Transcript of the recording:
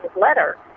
letter